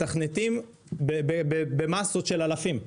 מתכנתים במאסות של אלפים.